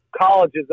colleges